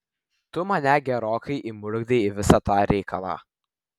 tu mane gerokai įmurkdei į visą tą reikalą